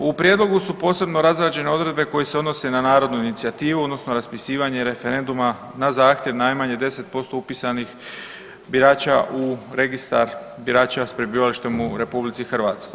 U Prijedlogu su posebno razrađene odredbe koje se odnose na narodnu inicijativu odnosno raspisivanje referenduma na zahtjev najmanje 10% upisanih birača u Registar birača s prebivalištem u RH.